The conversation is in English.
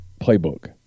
playbook